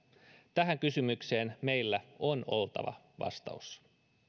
tähän kysymykseen meillä on oltava vastaus